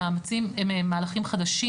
הם מהלכים חדשים.